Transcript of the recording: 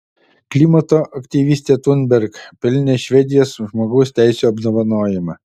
klimato aktyvistė thunberg pelnė švedijos žmogaus teisių apdovanojimą